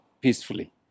peacefully